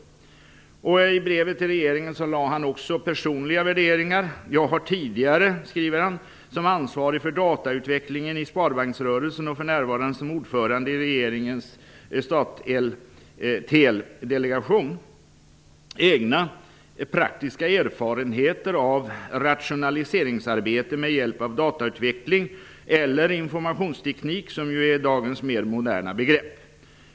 I brevet till regeringen lade han också personliga värderingar. Han skriver där: Jag har tidigare som ansvarig för datautvecklingen i Sparbanksrörelsen, för närvarande som ordförande i STATTEL-delegationen, egna praktiska erfarenheter av rationaliseringsarbete med hjälp av datautveckling, eller informationsteknik, som ju är dagens mer moderna begrepp.